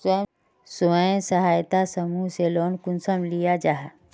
स्वयं सहायता समूह से लोन कुंसम लिया जाहा?